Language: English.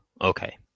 okay